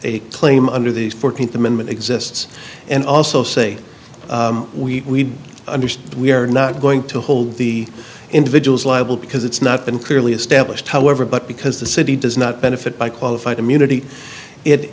a claim under the fourteenth amendment exists and also say we understand we are not going to hold the individuals liable because it's not been clearly established however but because the city does not benefit by qualified immunity it